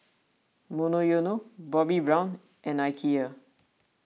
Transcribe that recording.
Monoyono Bobbi Brown and Ikea